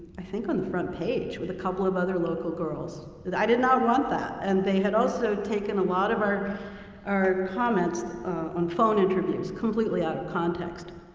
i think, on the front page with a couple of other local girls. i did not want that, and they had also taken a lot of our our comments on phone interviews completely out of context,